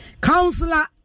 Counselor